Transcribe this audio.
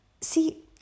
See